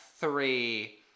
Three